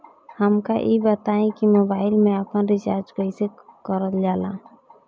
हमका ई बताई कि मोबाईल में आपन रिचार्ज कईसे करल जाला?